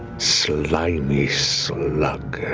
slimy slug?